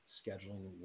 scheduling